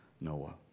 Noah